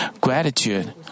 gratitude